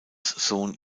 sohn